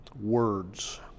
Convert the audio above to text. Words